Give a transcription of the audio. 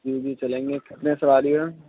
جی جی چلیں گے کتنے سواری ہیں